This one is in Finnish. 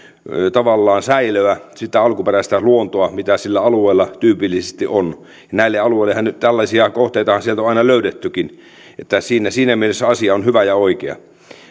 tavallaan säilöä sitä alkuperäistä luontoa mitä sillä alueella tyypillisesti on näiltä alueiltahan tällaisia kohteita on aina löydettykin siinä siinä mielessä asia on hyvä ja oikea